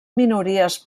minories